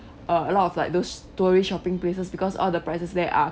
uh a lot of like those tourist shopping places because all the prices there are